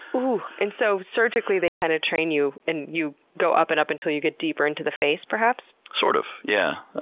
and so surgically they kind of train you and you go up and up until you get deeper into the face perhaps? sort of, yeah.